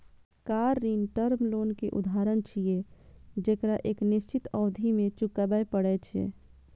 car ऋण term loan के उदाहरण छियै, जेकरा एक निश्चित अवधि मे चुकबै पड़ै छै